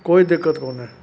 कोई दिक़त कोन्हे